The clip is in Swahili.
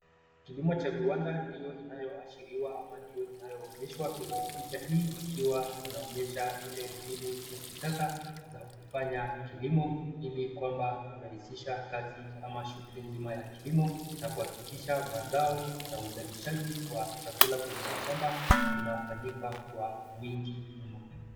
Kilimo cha viwanda ndio inayoashiriwa ama ndio inayoonyeshwa kwenye picha hii, ikiwa inaonyesha ile mbinu za kisasa za kufanya kilimo. Ili kwamba kurahisisha kazi ama shughuli nzima ya kilimo na kuhakikisha mazao na uzalishaji wa chakula kwenye mashamba inafanyika kwa wingi mno.